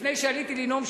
לפני שעליתי לנאום,